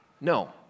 No